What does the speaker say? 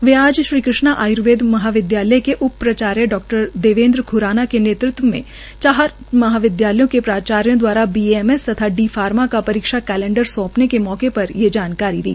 वे आज श्री कृष्णा आयर्वेद महाविद्यालय के उप प्राचार्य डॉ देवेन्द्र ख्राना के नेतृत्व में चार महाविदयालयों के प्राचार्यो दवारा बीएएमस तथा डी फार्मा का परीक्षा कैलेंडर सौंपे के मौके पर ये जानकारी दी